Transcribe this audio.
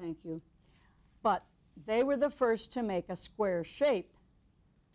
thank you but they were the first to make a square shape